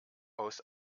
aus